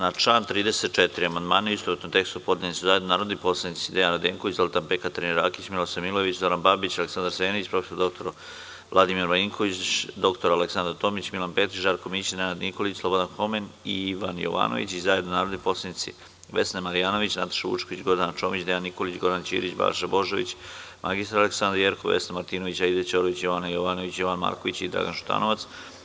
Na član 34. amandmane u istovetnom tekstu, podneli su zajedno narodni poslanici Dejan Radenković, Zolta Pek, Katarina Rakić, Milosav Milojević, Zoran Babić, Aleksandra Senić, prof. dr Vladimir Marinković, dr Aleksandra Tomić, Milan Petrić, Žarko Mićin, Nenad Nikolić, Slobodan Homen i Ivan Jovanović, i zajedno narodni poslanici Vesna Marjanović, Nataša Vučković, Gordana Čomić, Dejan Nikolić, Goran Ćirić, Balša Božović, mr Aleksandra Jerkov, Vesna Martinović, Aida Ćorović, Jovana Jovanović, Jovan Marković i Dragan Šutanovac.